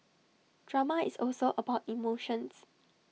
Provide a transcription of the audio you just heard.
drama is also about emotions